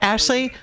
Ashley